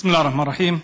בסם אללה א-רחמאן א-רחים.